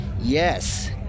yes